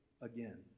again